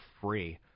free